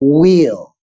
wheel